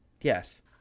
Yes